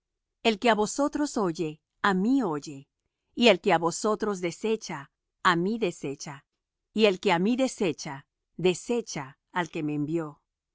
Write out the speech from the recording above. el que á vosotros oye á mí oye y el que á vosotros desecha á mí desecha y el que á mí desecha desecha al que me envió